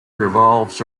revolves